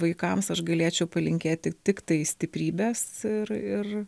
vaikams aš galėčiau palinkėt tik tiktai stiprybės ir ir